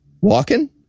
Walking